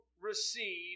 receive